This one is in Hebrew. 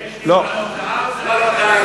זו רק הודעה או זה רק להקריא?